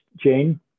Jane